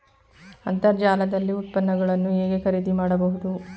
ಅಂತರ್ಜಾಲದಲ್ಲಿ ಉತ್ಪನ್ನಗಳನ್ನು ಹೇಗೆ ಖರೀದಿ ಮಾಡುವುದು?